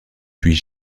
puis